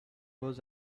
was